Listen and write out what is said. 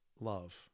love